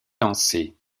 lancers